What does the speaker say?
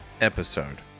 episode